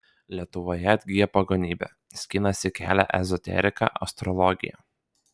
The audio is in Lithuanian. lietuvoje atgyja pagonybė skinasi kelią ezoterika astrologija